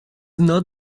not